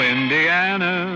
Indiana